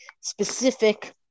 specific